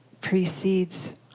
precedes